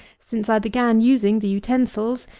since i began using the utensils,